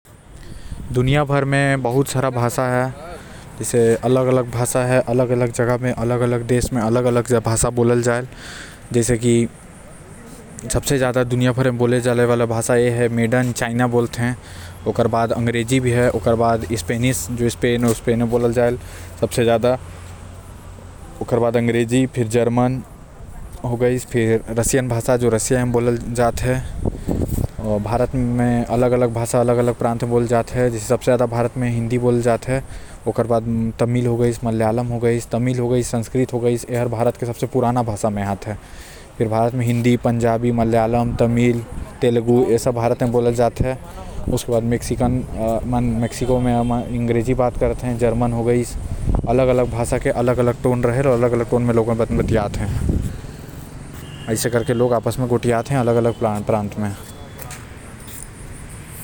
दुनिया भर म बहुत सारा भाषा बोले जायल आऊ सब भाषा म सबसे पहिले आएल स्पेनिश जो दुनिया में सबसे ज्याद बोले जायल ओकर बाद अंग्रेजी आऊ हिंदी हैव।